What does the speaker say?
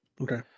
Okay